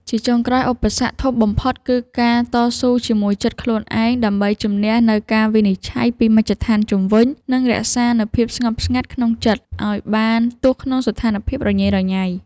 ជាចុងក្រោយ ឧបសគ្គធំបំផុតគឺការតស៊ូជាមួយចិត្តខ្លួនឯង ដើម្បីជម្នះនូវការវិនិច្ឆ័យពីមជ្ឈដ្ឋានជុំវិញ និងរក្សានូវភាពស្ងប់ស្ងាត់ក្នុងចិត្តឱ្យបានទោះក្នុងស្ថានភាពរញ៉េរញ៉ៃ។